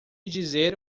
dizer